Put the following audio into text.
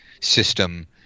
system